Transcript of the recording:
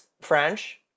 French